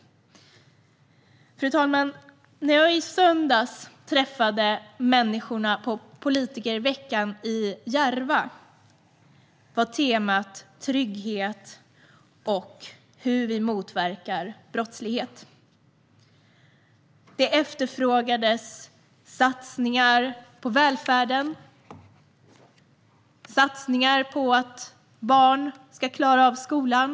Fru talman! När jag i söndags träffade människorna på politikerveckan i Järva var temat trygghet och hur vi motverkar brottslighet. Det efterfrågades satsningar på välfärden, satsningar på att barn ska klara av skolan.